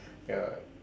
ya